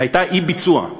הייתה אי-ביצוע.